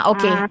Okay